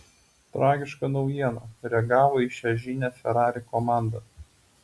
tragiška naujiena reagavo į šią žinią ferrari komanda